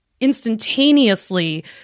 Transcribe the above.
instantaneously